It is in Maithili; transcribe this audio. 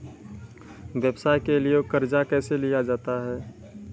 व्यवसाय के लिए कर्जा कैसे लिया जाता हैं?